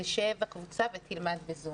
תשב הקבוצה ותלמד ב-זום.